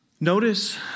Notice